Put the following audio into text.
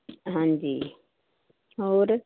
ਹਾਂਜੀ ਹੋਰ